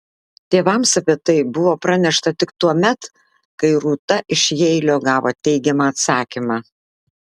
tėvams apie tai buvo pranešta tik tuomet kai rūta iš jeilio gavo teigiamą atsakymą